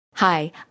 Hi